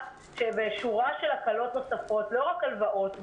ושורה של הקלות נוספות לא רק הלוואות,